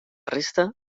resta